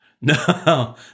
No